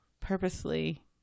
purposely